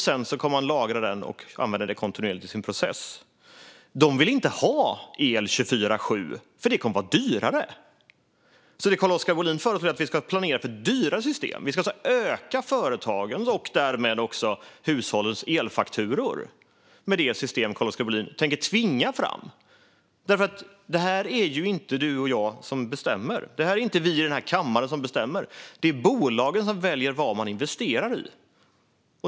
Sedan kan de lagra den och använda den kontinuerligt i sina processer. De vill inte ha el 24:7, för det kommer att vara dyrare. Det Carl-Oskar Bohlin föreslår är att vi ska planera för dyrare system. Vi ska alltså öka företagens, och därmed också hushållens, elfakturor med det system som Carl-Oskar Bohlin tänker tvinga fram. Det är ju inte du och jag som bestämmer det här. Det är inte vi i den här kammaren som bestämmer detta. Det är bolagen som väljer vad de investerar i.